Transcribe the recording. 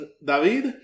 David